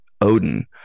Odin